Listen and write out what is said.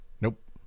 nope